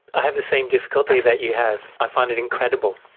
i have the same difficulty that you have. i find it incredible,